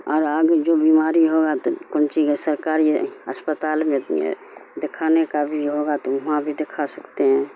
اور آگے جو بیماری ہوگا تو کون چیز ہے سرکار یا اسپتال میں ہے دکھانے کا بھی ہوگا تو وہاں بھی دکھا سکتے ہیں